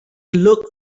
look